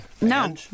No